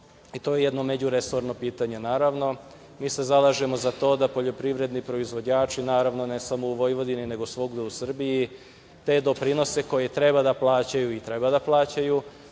i to je jedno međuresorno pitanje. Naravno, mi se zalažemo za to da poljoprivredni proizvođači, naravno, ne samo u Vojvodini nego svugde u Srbiji, te doprinose koje treba da plaćaju i treba da plaćaju,